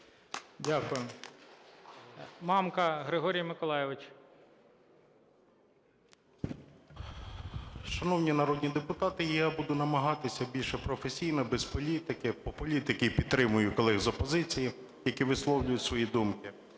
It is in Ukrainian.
Дякую. Мамка Григорій Миколайович. 12:50:31 МАМКА Г.М. Шановні народні депутати, я буду намагатися більше професійно, без політики. По політиці підтримую колег з опозиції, які висловлюють свої думки.